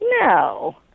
No